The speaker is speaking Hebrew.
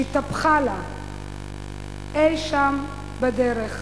שהתהפכה לה אי-שם בדרך,